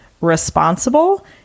responsible